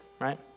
right